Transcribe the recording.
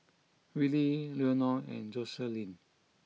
Willie Leonore and Joselin